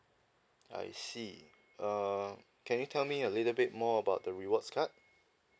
I see err can you tell me a little bit more about the rewards card